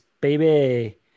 baby